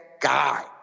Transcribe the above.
guy